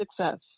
success